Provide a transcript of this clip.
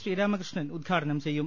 ശ്രീരാമകൃഷ്ണൻ ഉദ്ഘാടനം ചെയ്യും